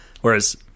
Whereas